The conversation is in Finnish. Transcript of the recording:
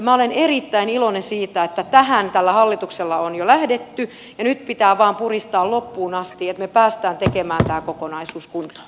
minä olen erittäin iloinen siitä että tähän tällä hallituksella on jo lähdetty ja nyt pitää vain puristaa loppuun asti että me pääsemme tekemään tämän kokonaisuuden kuntoon